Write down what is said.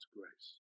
grace